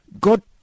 god